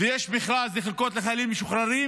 ויש מכרז לחלקות לחיילים משוחררים,